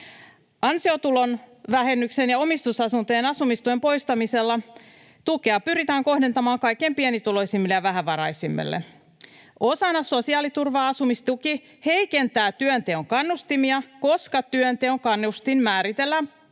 Ansiotulon vähennyksen ja omistusasuntojen asumistuen poistamisella tukea pyritään kohdentamaan kaikkein pienituloisimmille ja vähävaraisimmille. Osana sosiaaliturvaa asumistuki heikentää työnteon kannustimia, koska työnteon kannustin määritellään